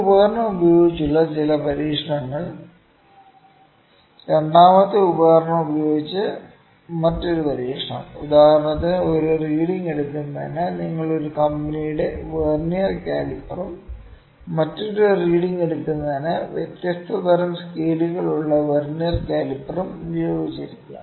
ഒരു ഉപകരണം ഉപയോഗിച്ചുള്ള ചില പരീക്ഷണങ്ങൾ രണ്ടാമത്തെ ഉപകരണം ഉപയോഗിച്ച് മറ്റൊരു പരീക്ഷണം ഉദാഹരണത്തിന് ഒരു റീഡിങ് എടുക്കുന്നതിന് നിങ്ങൾ ഒരു കമ്പനിയുടെ വെർനിയർ കാലിപ്പറും മറ്റൊരു റീഡിങ് എടുക്കുന്നതിന് വ്യത്യസ്ത തരം സ്കെയിലുകളുള്ള വെർനിയർ കാലിപ്പറും ഉപയോഗിച്ചിരിക്കാം